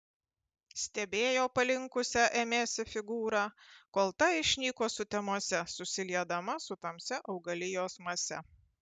stebėjo palinkusią ėmėsi figūrą kol ta išnyko sutemose susiliedama su tamsia augalijos mase